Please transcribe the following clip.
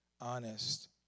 honest